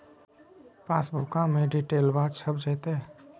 पासबुका में डिटेल्बा छप जयते?